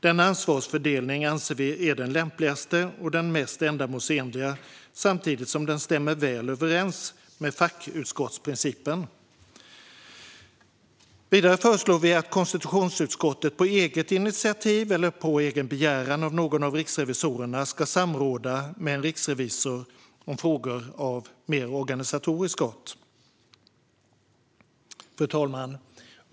Denna ansvarsfördelning anser vi är den lämpligaste och mest ändamålsenliga samtidigt som den stämmer väl överens med fackutskottsprincipen. Vidare föreslår vi att konstitutionsutskottet på eget initiativ eller på begäran av någon av riksrevisorerna ska samråda med en riksrevisor om frågor av mer organisatorisk art. Fru talman!